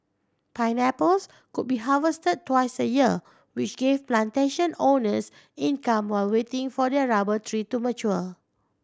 pineapples could be harvested twice a year which gave plantation owners income while waiting for their rubber trees to mature